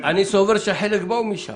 אדוני היושב-ראש,